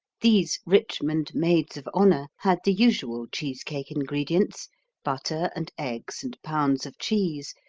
these richmond maids of honor had the usual cheese cake ingredients butter and eggs and pounds of cheese,